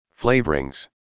Flavorings